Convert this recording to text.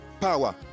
power